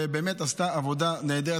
באמת היא עשתה עבודה נהדרת,